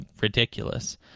ridiculous